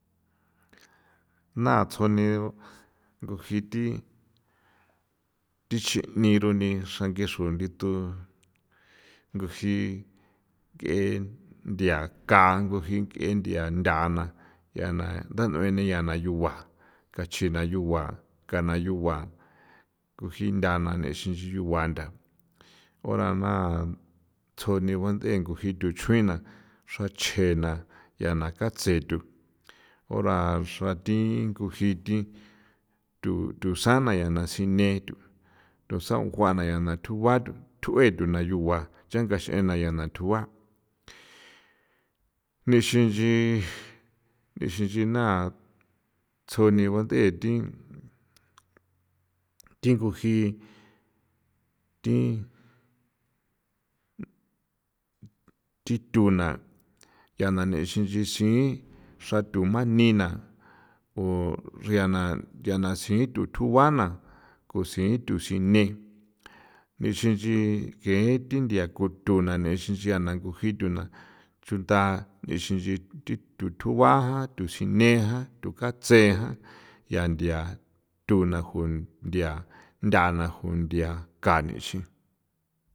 Na tsuniu nguji thi thi xi'ni runi xra ngexru ndithu nguji k'e ndiaka nguji k'e ndia nthana ya na ntha n'ueni na yugua kachi na yugua ka na yugua nguji nthana xin nchi yugua ntha o rana tsjuni guanth'e nguji thuch'uina xra chjena ya na katse tu ora xrathi nguji thi thu tusana ya na sine thu tusan o jua na tjua thu betuna yua nchagax'ena ya na tjugua nixin nchi na nixin nchi na tsjoni bant'e thi thi nguji thi thi thuna ya na nexi nch'i xin xra thu mani na o riana ya na sithu thugua na cosi thu sine nixin nchi ge thi nthia ko thuna nexi nchia na nguji tuna nixin nchi thi thu tjugua jan, thu xine jan, thu katse jan, ya nthia thuna ju nthia nthana ju nthia kanixi.